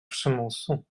przymusu